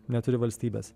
neturi valstybės